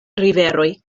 riveroj